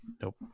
Nope